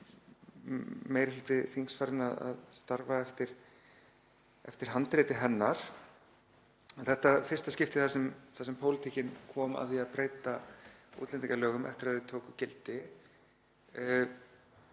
meiri hluti þings farinn að starfa eftir handriti hennar. Þetta var í fyrsta skipti þar sem pólitíkin kom að því að breyta útlendingalögum eftir að þau tóku gildi